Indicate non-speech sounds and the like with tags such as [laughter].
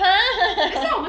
!huh! [laughs]